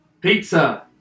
Pizza